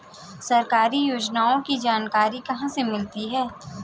सरकारी योजनाओं की जानकारी कहाँ से मिलती है?